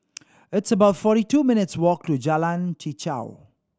it's about forty two minutes' walk to Jalan Chichau